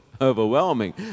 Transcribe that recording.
overwhelming